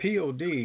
POD